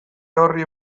orri